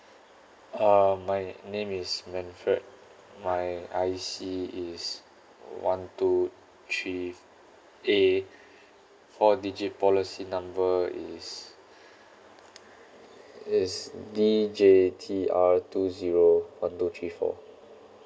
uh my name is manfred my I_C is one two three A four digit policy number is is D J T R two zero one two three four